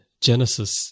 Genesis